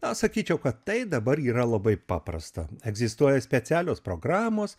na sakyčiau kad tai dabar yra labai paprasta egzistuoja specialios programos